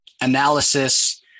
analysis